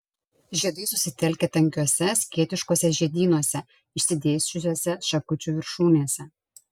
žiedai susitelkę tankiuose skėtiškuose žiedynuose išsidėsčiusiuose šakučių viršūnėse